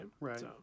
Right